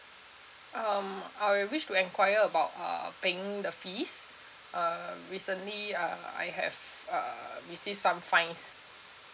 um I wish to enquire about uh paying the fees uh recently uh I have uh received some fines